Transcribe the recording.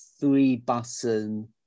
three-button